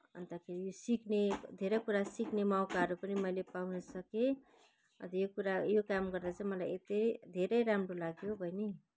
अन्तखेरि सिक्ने धेरै कुराहरू सिक्ने मौकाहरू पनि मैले पाउन सकेँ अन्त यो कुरा यो काम गर्दा चाहिँ मलाई यति धेरै राम्रो लाग्यो बैनी